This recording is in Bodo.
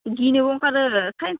गिनोबो ओंखारो साइन्स